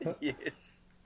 yes